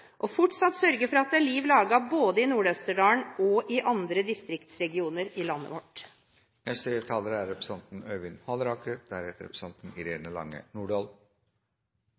det fortsatt er liv laga både i Nord-Østerdalen og i andre distriktsregioner i landet vårt. Før vi virkelig tar fatt på den lange